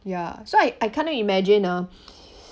ya so I I cannot imagine uh